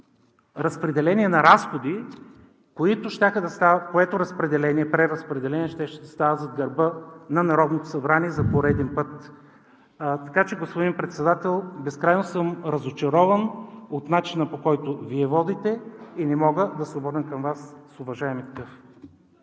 преразпределение на разходи, което щеше да става зад гърба на Народното събрание за пореден път. Така че, господин Председател, безкрайно съм разочарован от начина, по който Вие водите и не мога да се обърна към Вас с „уважаеми“!